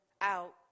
out